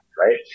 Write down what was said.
right